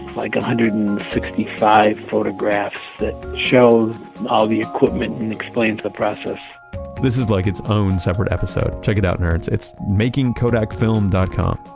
like one ah hundred and sixty five photographs that show all the equipment, and explains the process this is like its own separate episode. check it out, nerds. it's makingkodakfilm dot com